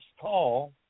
tall